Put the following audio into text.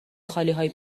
خالیهای